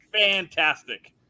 fantastic